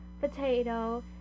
Potato